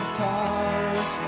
cars